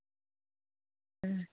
ᱦᱩᱸ